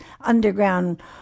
underground